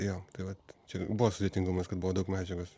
jo tai vat čia buvo sudėtingumas kad buvo daug medžiagos